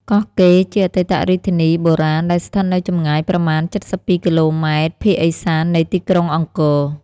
កោះកេរជាអតីតរាជធានីបុរាណ្យដែលស្ថិតនៅចម្ងាយប្រមាណ ៧២ គីឡូម៉ែត្រ ភាគឥសាននៃទីក្រុងអង្គ។